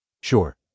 Sure